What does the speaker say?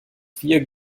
vier